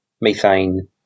methane